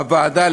בוועדה,